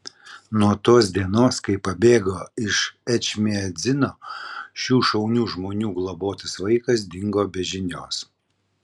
nuo tos dienos kai pabėgo iš ečmiadzino šių šaunių žmonių globotas vaikas dingo be žinios